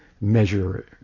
measure